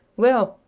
well,